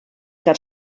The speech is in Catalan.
car